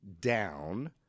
down